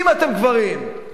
אם אתם גברים, תודה.